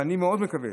ואני מאוד מקווה